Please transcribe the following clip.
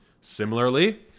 Similarly